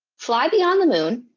fly beyond the moon,